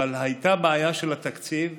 אבל הייתה בעיה של התקציב.